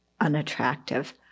unattractive